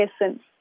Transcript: essence